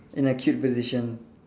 in a cute position